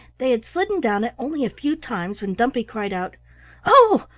they had slidden down it only a few times when dumpy cried out oh!